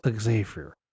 Xavier